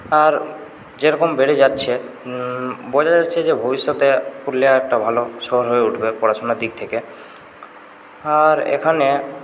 আর যেরকম বেড়ে যাচ্ছে বোঝা যাচ্ছে যে ভবিষ্যতে পুরুলিয়া একটা ভালো শহর হয়ে উঠবে পড়াশোনার দিক থেকে আর এখানে